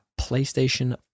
playstation